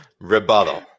Rebuttal